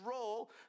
role